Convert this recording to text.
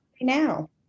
now